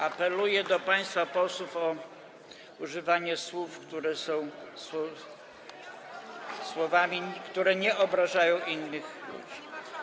Apeluję do państwa posłów o używanie słów, które są słowami nieobrażającymi innych ludzi.